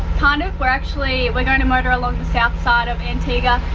kind of we're actually, we're going to motor along the south side of antigua,